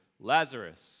Lazarus